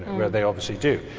where they obviously do.